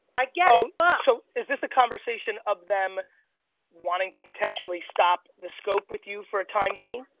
i get it, but so, is this a conversation of them wanting to potentially stop the scope with you for a time being?